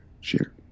Share